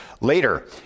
later